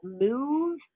move